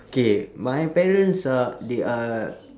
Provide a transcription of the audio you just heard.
okay my parents are they are